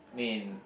I mean